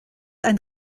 ein